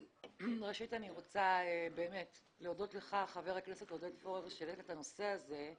ראשית אני רוצה להודות לך חבר הכנסת עודד פורר שהעלית את הנושא הזה.